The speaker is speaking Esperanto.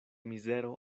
mizero